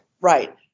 right